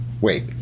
wait